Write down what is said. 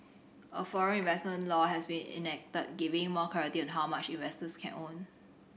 a foreign investment law has been enacted giving more clarity on how much investors can own